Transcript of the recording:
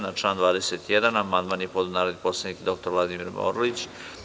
Na član 21. amandman je podneo narodni poslanik dr Vladimir Orlić.